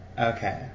Okay